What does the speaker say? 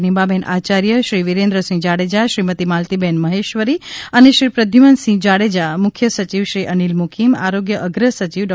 નીમાબેન આચાર્ય શ્રી વિરેન્દ્રસિંહ જાડેજા શ્રીમતી માલતીબેન મહેશ્વરી અને શ્રીપ્રધ્યુમનસિંહ જાડેજા મુખ્ય સચિવ શ્રી અનિલ મુકીમ આરોગ્ય અગ્ર સચિવ ડૉ